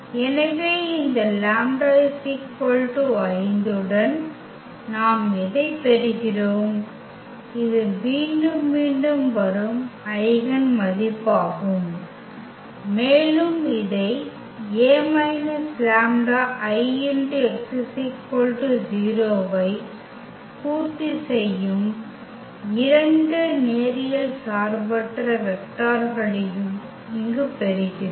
எனவே இந்த λ 5 உடன் நாம் எதைப் பெறுகிறோம் இது மீண்டும் மீண்டும் வரும் ஐகென் மதிப்பாகும் மேலும் இதை A λ I x 0 ஐ பூர்த்தி செய்யும் இரண்டு நேரியல் சார்பற்ற வெக்டார்களையும் இங்கு பெறுகிறோம்